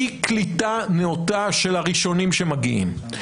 היא קליטה נאותה של הראשונים שמגיעים.